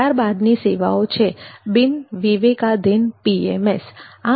ત્યારબાદની સેવાઓ છે બિન વિવેકાધીન પીએમએસ